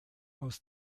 aus